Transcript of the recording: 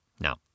Now